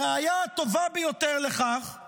הראיה הטובה ביותר לכך היא